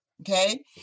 okay